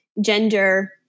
gender